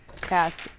cast